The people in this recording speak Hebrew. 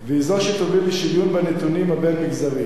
והיא שתוביל לשוויון בנתונים הבין-מגזריים.